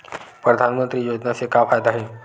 परधानमंतरी योजना से का फ़ायदा हे?